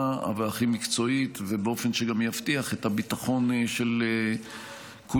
והכי מקצועית ובאופן שגם יבטיח את הביטחון של כולם,